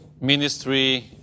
ministry